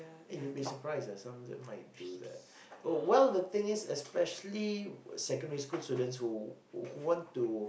eh you be surprised ah some of them might do that oh well the thing is especially secondary school students who who who want to